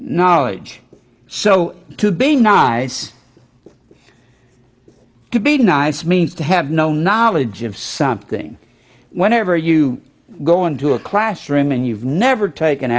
knowledge so to be nice to be nice means to have no knowledge of something whenever you go into a classroom and you've never taken